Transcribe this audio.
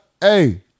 Hey